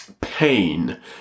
pain